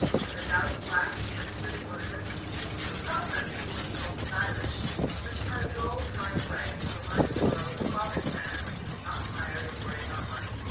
in her dowdy black and antiquated ornaments she was not what undine would have called stylish but she had a droll kind way which reminded the girl of her father's manner when he was not tired or worried about money.